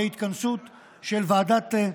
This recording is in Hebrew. שתגיע לפרקה היא ההתכנסות של ועדת שרים